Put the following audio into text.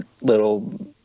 little